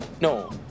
No